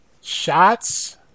Shots